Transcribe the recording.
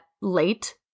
late –